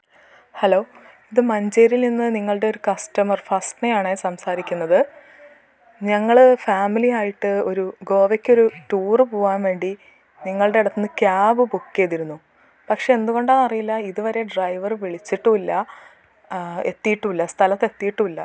hello ഇത് മഞ്ചേരിയിൽനിന്ന് നിങ്ങളുടെ ഒരു കസ്റ്റമർ ഫസ്നയാണേ സംസാരിക്കുന്നത് ഞങ്ങൾ ഫാമിലിയായിട്ടൊരു ഗോവയ്ക്കൊരു ടൂറ് പോകാൻ വേണ്ടി നിങ്ങളുടെ അടുത്തു നിന്ന് ക്യാബ് ബുക്ക് ചെയ്തിരുന്നു പക്ഷേ എന്തുകൊണ്ടാന്നറിയില്ല ഇതുവരെ ഡ്രൈവർ വിളിച്ചിട്ടുമില്ല എത്തിയിട്ടുമില്ല സ്ഥലത്തെത്തിയിട്ടുമില്ല